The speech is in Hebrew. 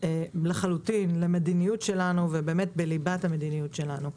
לחלוטין למדיניות שלנו ובאמת נמצא בליבת המדיניות שלנו.